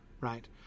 right